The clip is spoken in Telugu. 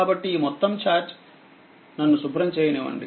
కాబట్టిఈ మొత్తం ఛార్జ్ నన్ను శుభ్రం చేయనివ్వండి